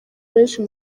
benshi